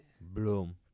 Bloom